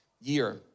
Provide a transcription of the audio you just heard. year